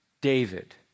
David